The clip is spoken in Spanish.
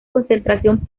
concentración